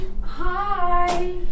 Hi